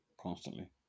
constantly